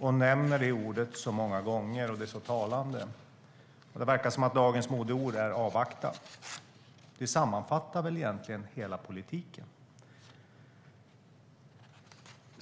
hon nämner det som verkar vara dagens modeord så många gånger: "avvakta". Det sammanfattar väl egentligen hela politiken.